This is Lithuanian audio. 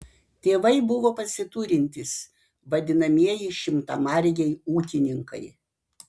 tėvai buvo pasiturintys vadinamieji šimtamargiai ūkininkai